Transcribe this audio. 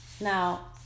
now